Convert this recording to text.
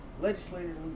legislators